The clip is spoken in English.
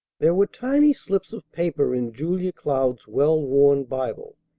there were tiny slips of paper in julia cloud's well-worn bible,